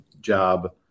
job